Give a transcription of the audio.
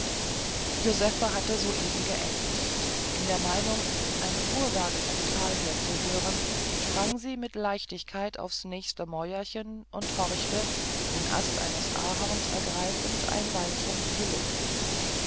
josephe hatte soeben geendigt in der meinung ein fuhrwerk vom tal her zu hören sprang sie mit leichtigkeit aufs nächste mäuerchen und horchte den ast eines ahorns ergreifend ein weilchen in die luft